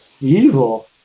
Evil